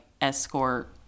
escort